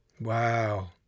Wow